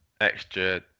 extra